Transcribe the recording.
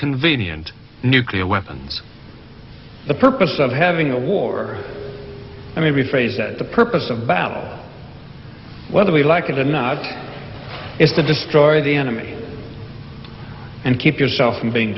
convenient nuclear weapons the purpose of having a war i mean the phrase that the purpose about whether we like it or not is to destroy the enemy and keep yourself from being